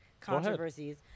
controversies